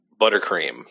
buttercream